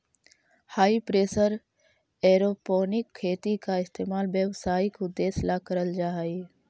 हाई pressure aeroponic खेती का इस्तेमाल व्यावसायिक उद्देश्य ला करल जा हई